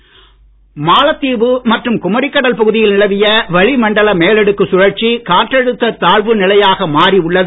காற்றழுத்தம் மாலத்தீவு மற்றும் குமரிக்கடல் பகுதியில் நிலவிய வளிமண்டல மேலடுக்கு சுழற்சி காற்றழுத்த தாழ்வு நிலையாக மாறி உள்ளது